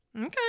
Okay